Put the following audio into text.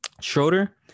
Schroeder